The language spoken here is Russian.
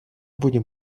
будем